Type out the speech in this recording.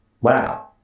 Wow